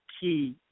key